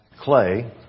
Clay